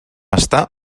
estar